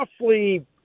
roughly